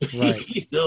right